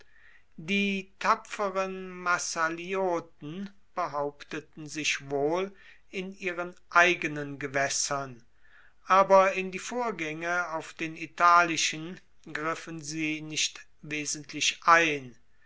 die tapferen massalioten behaupteten sich wohl in ihren eigenen gewaessern aber in die vorgaenge auf den italischen griffen sie nicht wesentlich ein